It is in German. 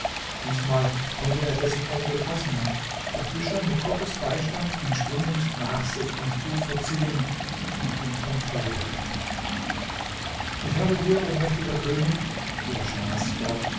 diesmal konnte er dessen ende fassen und der fischer mit gottes beistand ihn schwimmend nach sich ans ufer ziehen und ihn vom tode retten ich habe dir o mächtiger könig fuhr schimas fort